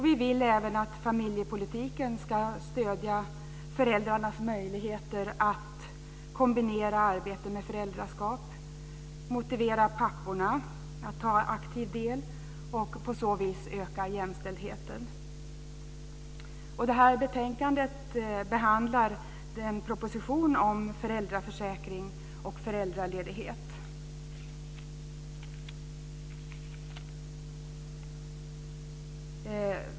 Vi vill även att familjepolitiken ska stödja föräldrarnas möjligheter att kombinera arbete med föräldraskap, motivera papporna att ta aktiv del och på så vis öka jämställdheten. Betänkandet behandlar propositionen om föräldraförsäkring och föräldraledighet.